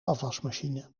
afwasmachine